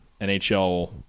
NHL